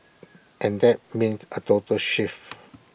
and that means A total shift